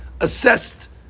assessed